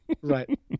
Right